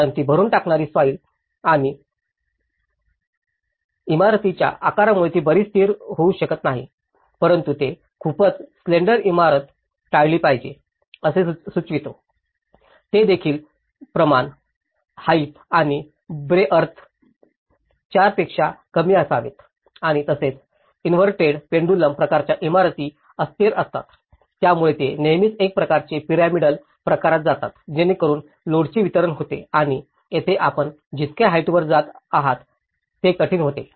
कारण ती भरुन टाकणारी सॉईल आणि इमारतीच्या आकारामुळे ती बरीच स्थिर होऊ शकत नाही परंतु ते खूपच स्लेन्डर इमारत टाळली पाहिजे असे सुचवितो ते देखील प्रमाण हाईट आणि ब्रेअथ चारपेक्षा कमी असावेत आणि तसेच इनव्हर्टेड पेंडुलम प्रकारच्या इमारती अस्थिर असतात त्यामुळे ते नेहमीच एक प्रकारचे पिरामिडल प्रकारात जातात जेणेकरुन लोडचे वितरण होते आणि येथे आपण जितके हाईटवर जात आहात ते कठिण होते